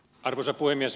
arvoisa puhemies